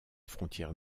frontière